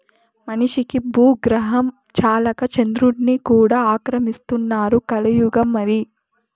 మనిషికి బూగ్రహం చాలక చంద్రుడ్ని కూడా ఆక్రమిస్తున్నారు కలియుగం మరి